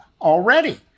already